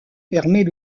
permet